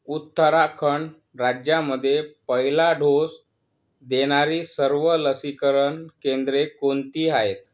उत्तराखंड राज्यामध्ये पहिला डोस देणारी सर्व लसीकरण केंद्रे कोणती आहेत